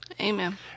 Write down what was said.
Amen